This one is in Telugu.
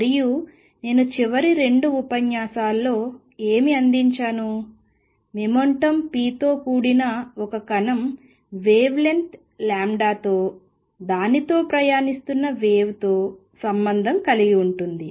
మరియు నేను చివరి రెండు ఉపన్యాసాల్లో ఏమి అందించాను మొమెంటం p తో కూడిన ఒక కణం వేవ్ లెంగ్త్ తరంగదైర్ఘ్యం లాంబ్డాతో దానితో ప్రయాణిస్తున్న వేవ్ తో సంబంధం కలిగి ఉంటుంది